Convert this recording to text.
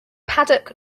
paddock